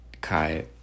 kai